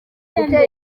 gutera